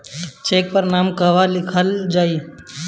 Check पर नाम कहवा लिखल जाइ?